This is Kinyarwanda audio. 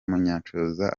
munyanshoza